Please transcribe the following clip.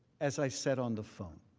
as i sat on the phone.